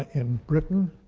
in britain,